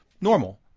normal